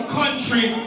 country